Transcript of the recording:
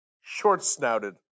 Short-snouted